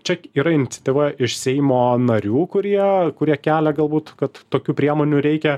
čia yra iniciatyva iš seimo narių kurie kurie kelia galbūt kad tokių priemonių reikia